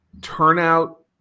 turnout